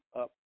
up